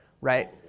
right